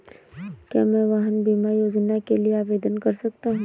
क्या मैं वाहन बीमा योजना के लिए आवेदन कर सकता हूँ?